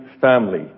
family